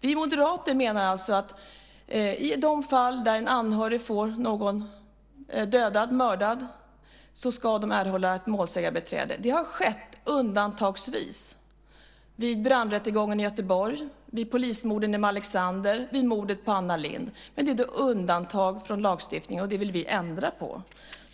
Vi moderater menar alltså att i de fall då någon blir mördad ska de anhöriga erhålla ett målsägarbiträde. Det har skett undantagsvis i samband med brandrättegången i Göteborg, i samband med polismorden i Malexander och i samband med mordet på Anna Lindh. Men det är undantag från lagstiftningen, och det vill vi ändra på.